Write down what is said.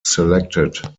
selected